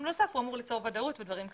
ובנוסף הוא אמור ליצור ודאות ודברים כאלה.